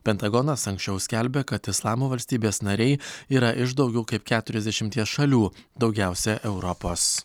pentagonas anksčiau skelbė kad islamo valstybės nariai yra iš daugiau kaip keturiasdešimties šalių daugiausia europos